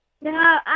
No